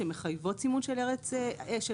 שמחייבות סימון של ארץ הייצור.